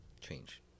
change